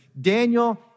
Daniel